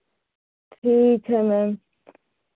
ठीक है मैम